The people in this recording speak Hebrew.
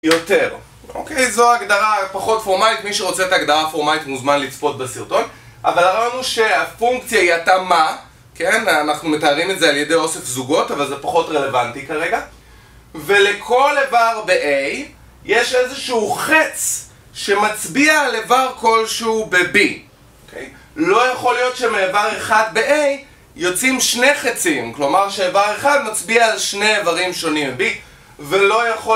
יותר, אוקיי? זו הגדרה פחות פורמלית, מי שרוצה את ההגדרה הפורמלית מוזמן לצפות בסרטון. אבל אמרנו שהפונקציה היא הייתה מה? כן? אנחנו מתארים את זה על ידי אוסף זוגות אבל זה פחות רלוונטי כרגע. ולכל איבר ב-a יש איזשהו חץ שמצביע על איבר כלשהו ב-b אוקיי? לא יכול להיות שמאיבר 1 ב-a יוצאים שני חצים כלומר שהאיבר 1 מצביע על שני איברים שונים ב-b ולא יכו...